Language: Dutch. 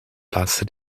plaatste